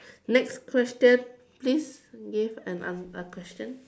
next question please give an an~ a question